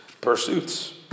pursuits